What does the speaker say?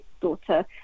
daughter